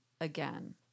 again